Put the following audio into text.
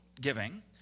giving